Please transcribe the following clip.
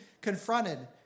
confronted